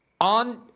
on